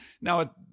Now